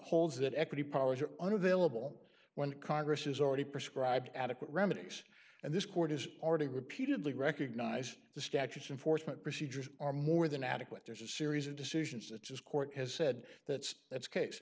are unavailable when congress is already prescribed adequate remedies and this court is already repeatedly recognized the statutes unfortunate procedures are more than adequate there's a series of decisions that just court has said that it's case